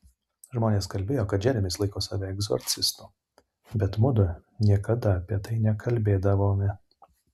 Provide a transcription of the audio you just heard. žmonės kalbėjo kad džeremis laiko save egzorcistu bet mudu niekada apie tai nekalbėdavome